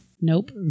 Nope